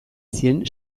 zien